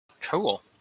Cool